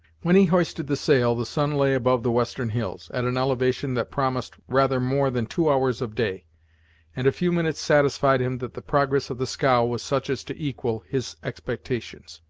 when he hoisted the sail, the sun lay above the western hills, at an elevation that promised rather more than two hours of day and a few minutes satisfied him that the progress of the scow was such as to equal his expectations.